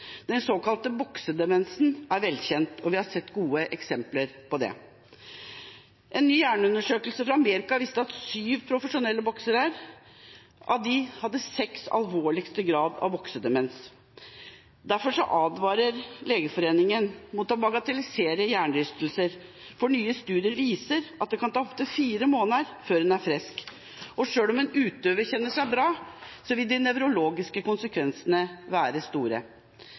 Den såkalte boksedemensen er velkjent, og vi har sett gode eksempler på det. En ny hjerneundersøkelse fra USA viste at av syv profesjonelle boksere hadde seks den alvorligste graden av boksedemens. Derfor advarer Legeforeningen mot å bagatellisere hjernerystelser, for nye studier viser at det kan ta opp til fire måneder før en er frisk. Og selv om en utøver kjenner seg bra, vil de nevrologiske konsekvensene være store.